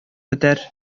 бетәр